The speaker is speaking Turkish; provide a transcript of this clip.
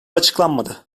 açıklanmadı